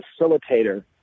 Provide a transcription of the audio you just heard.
facilitator